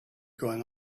going